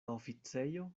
oficejo